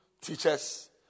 teachers